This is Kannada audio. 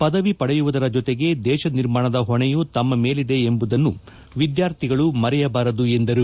ಪದವಿ ಪಡೆಯುವ ಜೊತೆಗೆ ದೇಶ ನಿರ್ಮಾಣದ ಹೊಣೆಯೂ ತಮ್ನ ಮೇಲಿದೆ ಎಂಬುದನ್ನು ವಿದ್ದಾರ್ಥಿಗಳು ಮರೆಯಬಾರದು ಎಂದರು